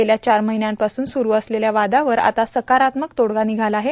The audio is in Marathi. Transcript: गेल्या चार माहन्यांपासून सुरू असलेल्या वादावर आता सकारात्मक तोडगा र्णानघाला आहे